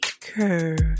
curve